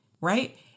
right